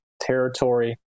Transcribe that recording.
territory